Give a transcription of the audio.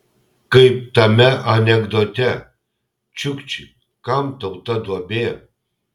kaip tame anekdote čiukči kam tau ta duobė